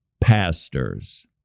pastors